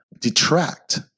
detract